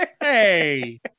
Hey